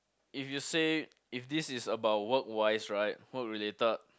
if you say if this is about work wise right work related